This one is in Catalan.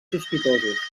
sospitosos